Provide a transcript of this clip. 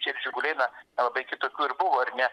šiaip žiguliai na nelabai kitokių ir buvo ar ne